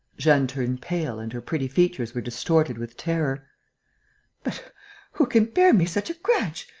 jeanne turned pale and her pretty features were distorted with terror but who can bear me such a grudge?